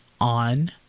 on